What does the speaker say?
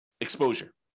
exposure